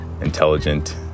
intelligent